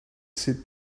sit